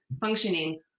functioning